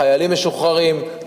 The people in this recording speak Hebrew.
חיילים משוחררים,